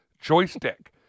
joystick